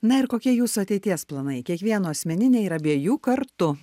na ir kokie jūsų ateities planai kiekvieno asmeniniai ir abiejų kartu